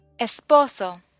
esposo